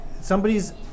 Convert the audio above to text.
somebody's